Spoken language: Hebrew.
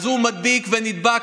אז הוא מדביק ונדבק,